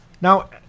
now